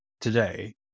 today